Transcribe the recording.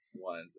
ones